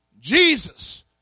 Jesus